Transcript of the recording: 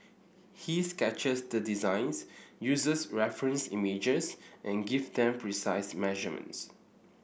he sketches the designs uses reference images and gives them precise measurements